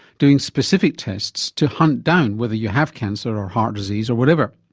doing specific tests to hunt down whether you have cancer or heart disease or whatever.